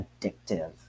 addictive